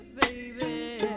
baby